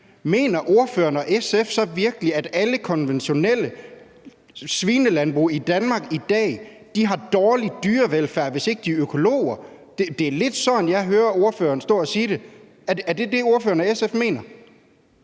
mener ordføreren og SF så virkelig, at alle konventionelle svinelandbrug i Danmark i dag har dårlig dyrevelfærd, hvis ikke de er økologer? Det er lidt det, jeg hører ordføreren stå og sige. Er det det, ordføreren og SF mener?